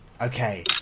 Okay